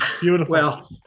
Beautiful